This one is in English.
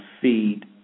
feed